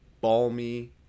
balmy